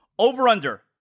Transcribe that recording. Over-under